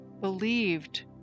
believed